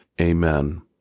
amen